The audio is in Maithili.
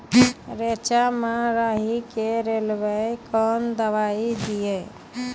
रेचा मे राही के रेलवे कन दवाई दीय?